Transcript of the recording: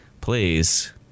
please